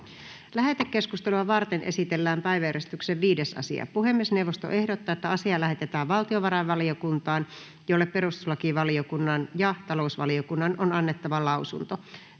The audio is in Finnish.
Lähetekeskustelua varten esitellään päiväjärjestyksen 5. asia. Puhemiesneuvosto ehdottaa, että asia lähetetään valtiovarainvaliokuntaan, jolle perustuslakivaliokunnan ja talousvaliokunnan on annettava lausunto.